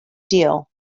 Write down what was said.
deal